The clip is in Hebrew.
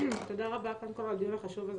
תודה רבה על הדיון החשוב הזה,